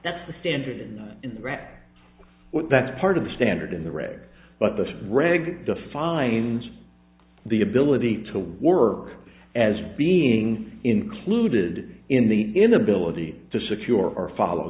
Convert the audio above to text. that's the standard in rap what that's part of the standard in the re but the reg defines the ability to work as being included in the inability to secure or follow